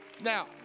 Now